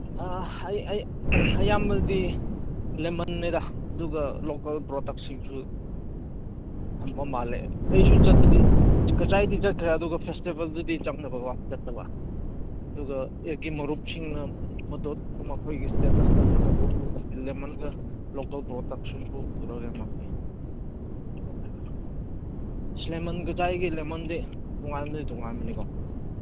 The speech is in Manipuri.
ꯑꯌꯥꯝꯕꯗꯤ ꯂꯦꯃꯟꯅꯤꯗ ꯑꯗꯨꯒ ꯂꯣꯀꯦꯜ ꯄ꯭ꯔꯣꯗꯛꯁꯤꯡꯁꯨ ꯊꯝꯕ ꯃꯥꯜꯂꯦ ꯑꯩꯁꯨ ꯆꯠꯄꯗꯤ ꯀꯆꯥꯏꯗꯤ ꯆꯠꯈ꯭ꯔꯦ ꯑꯗꯨꯒ ꯐꯦꯁꯇꯤꯚꯦꯜꯗꯨꯗꯤ ꯆꯪꯗꯕꯀꯣ ꯆꯠꯇꯕ ꯑꯗꯨꯒ ꯑꯩꯒꯤ ꯃꯔꯨꯞꯁꯤꯡꯅ ꯐꯣꯇꯣ ꯃꯈꯣꯏꯒꯤ ꯏꯁꯇꯦꯇꯁꯇ ꯊꯥꯒꯠꯄ ꯎꯕꯗ ꯂꯦꯃꯟꯒ ꯂꯣꯀꯦꯜ ꯄ꯭ꯔꯗꯛꯇꯨꯁꯨ ꯄꯨꯔꯛꯑꯦ ꯃꯈꯣꯏ ꯑꯁ ꯂꯦꯃꯟ ꯀꯆꯥꯏꯒꯤ ꯂꯦꯃꯟꯗꯤ ꯇꯣꯉꯥꯟꯕꯨꯗꯤ ꯇꯣꯉꯥꯟꯕꯅꯤꯀꯣ